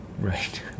Right